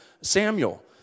Samuel